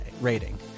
rating